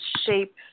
shape